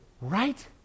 Right